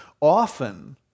often